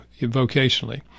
vocationally